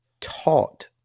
taught